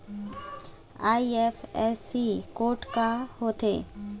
IFSC code का होथे?